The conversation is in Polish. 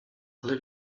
ale